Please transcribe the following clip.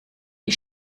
die